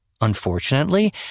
Unfortunately